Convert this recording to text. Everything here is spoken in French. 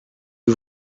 que